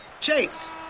Chase